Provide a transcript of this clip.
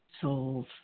souls